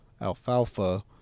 alfalfa